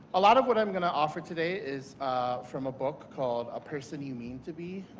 a lot of what i'm going to offer today is from a book called a person you mean to be,